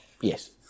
Yes